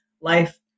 life